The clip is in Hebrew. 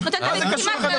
זה קשור?